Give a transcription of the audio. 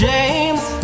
James